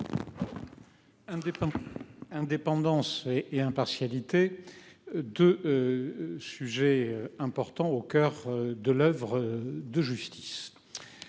Indépendance et impartialité. De. Sujets importants au coeur de l'oeuvre de justice.